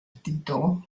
titolo